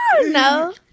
no